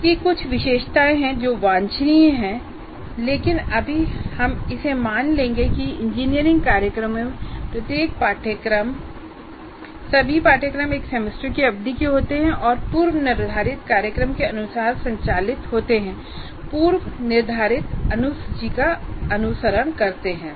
इसकी कुछ विशेषताएं हैं जो वांछनीय हैं लेकिन अभी हम इसे मान लेंगे कि इंजीनियरिंग कार्यक्रमों में प्रत्येक पाठ्यक्रम सभी पाठ्यक्रम एक सेमेस्टर की अवधि के होते हैं और पूर्वनिर्धारित कार्यक्रम के अनुसार संचालित होते हैं पूर्वनिर्धारित अनुसूची का अनुसरण करते हैं